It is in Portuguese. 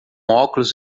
óculos